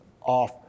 off